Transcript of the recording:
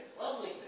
Lovely